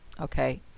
okay